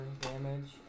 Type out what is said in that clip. damage